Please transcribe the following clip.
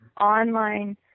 online